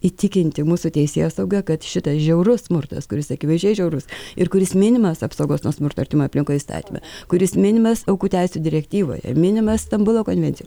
įtikinti mūsų teisėsaugą kad šitas žiaurus smurtas kuris akivaizdžiai žiaurus ir kuris minimas apsaugos nuo smurto artimoj aplinkoj įstatyme kuris minimas aukų teisių direktyvoje minimas stambulo konvencijoj